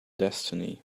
destiny